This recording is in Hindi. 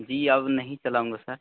जी अब नही चलाऊँगा सर